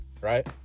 right